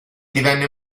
divenne